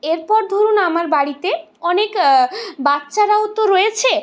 এরপর ধরুন আমার বাড়িতে অনেক বাচ্চারাও তো রয়েছে